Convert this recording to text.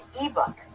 ebook